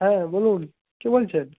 হ্যাঁ বলুন কে বলছেন